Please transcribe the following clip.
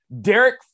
Derek